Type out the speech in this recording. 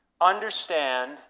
understand